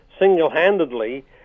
single-handedly